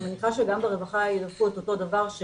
אני מניחה שגם ברווחה ידווחו את אותו דבר,